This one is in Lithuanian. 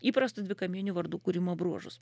įprastų dvikamienių vardų kūrimo bruožus